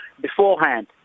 beforehand